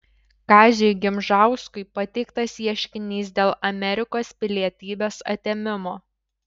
kaziui gimžauskui pateiktas ieškinys dėl amerikos pilietybės atėmimo